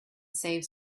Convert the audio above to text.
save